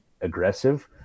aggressive